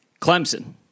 clemson